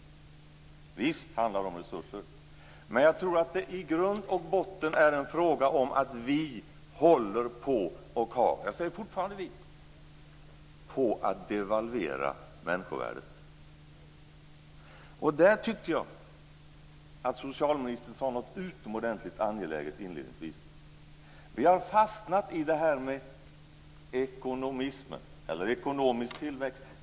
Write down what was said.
Visst handlar det om resurser, men jag tror att det i grund och botten är fråga om att vi - jag säger fortfarande vi - håller på att devalvera människovärdet. I det avseendet tycker jag att socialministern inledningsvis sade något som är utomordentligt angeläget. Vi har fastnat i den s.k. ekonomismen, den ekonomiska tillväxten.